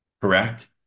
correct